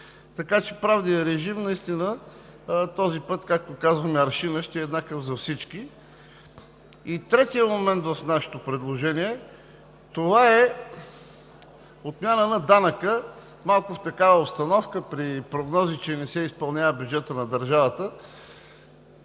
така че правният режим наистина този път, както казваме, аршинът ще е еднакъв за всички. И третият момент в нашето предложение е отмяна на данъка. В такава обстановка при прогнози, че не се изпълнява бюджетът на държавата